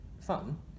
fun